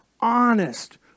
honest